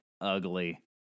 ugly